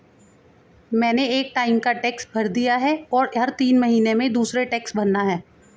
मैंने एक टाइम का टैक्स भर दिया है, और हर तीन महीने में दूसरे टैक्स भरना है